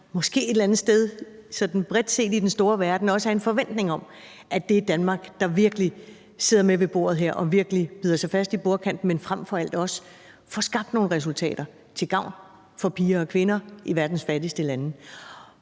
måske et eller andet sted sådan bredt set i den store verden også er en forventning om, at det er Danmark, der virkelig sidder med ved bordet her og virkelig bider sig fast i bordkanten, men frem for alt også får skabt nogle resultater til gavn for piger og kvinder i verdens fattigste lande.